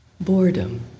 boredom